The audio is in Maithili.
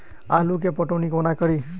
आलु केँ पटौनी कोना कड़ी?